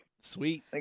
Sweet